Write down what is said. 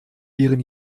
ihren